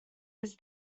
his